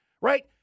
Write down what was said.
right